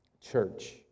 Church